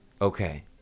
okay